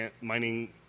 mining